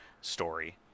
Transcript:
story